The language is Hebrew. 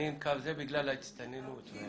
זה בגלל ההצטננות.